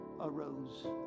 arose